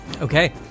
Okay